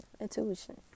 Intuition